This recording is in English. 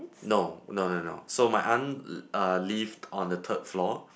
no no no no so my aunt uh lived on the third floor